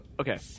okay